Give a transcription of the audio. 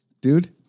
Dude